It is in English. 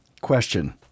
Question